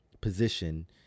position